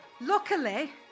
Luckily